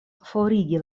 forigi